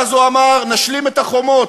ואז הוא אמר: נשלים את החומות,